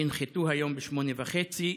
ינחתו היום ב-20:30.